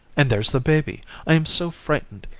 and there's the baby. i am so frightened.